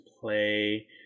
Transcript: play